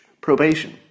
probation